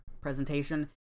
presentation